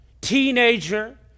teenager